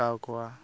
ᱟᱸᱠᱟᱣ ᱠᱚᱣᱟ